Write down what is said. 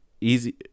easy